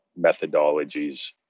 methodologies